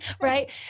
Right